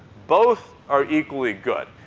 both are equally good.